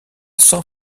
san